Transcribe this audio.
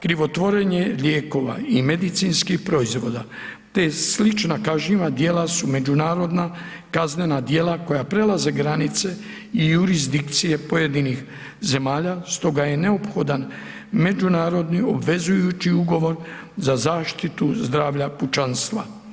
Krivotvorenje lijekova i medicinskih proizvoda te slična kažnjiva djela su međunarodna kaznena djela koja prelaze granice i jurisdikcije pojedinih zemalja stoga je neophodan međunarodni obvezujući ugovor za zaštitu zdravlja pučanstva.